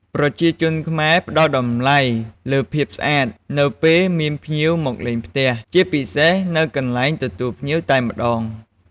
ប្រជាជនខ្មែរផ្ដល់តម្លៃលើភាពស្អាត នៅពេលមានភ្ញៀវមកលេងផ្ទះ ជាពិសេសនៅកន្លែងទទួលភ្ញៀវតែម្ដង។